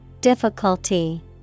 Difficulty